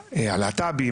הלהט"בים,